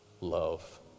love